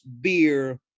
beer